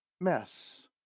mess